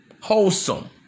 wholesome